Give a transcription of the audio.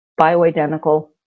bioidentical